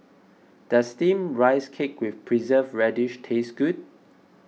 does Steamed Rice Cake with Preserved Radish taste good